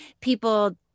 people